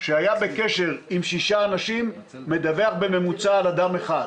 שהיה בקשר עם 6 אנשים, מדווח בממוצע על אדם אחד.